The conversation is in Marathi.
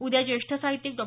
उद्या ज्येष्ठ साहित्यिक डॉ